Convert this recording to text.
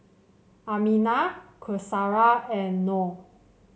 Aminah Qaisara and Noh